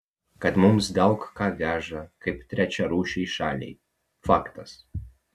kad mums daug ką veža kaip trečiarūšei šaliai faktas